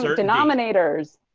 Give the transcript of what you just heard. denominators.